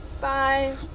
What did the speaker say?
Bye